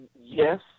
yes